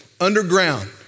underground